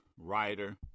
writer